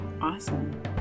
awesome